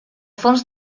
fons